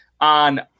on